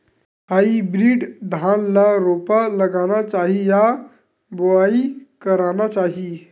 Hybrid धान ल रोपा लगाना चाही या बोआई करना चाही?